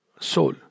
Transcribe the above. soul